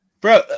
Bro